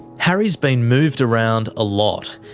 harry's been moved around a lot.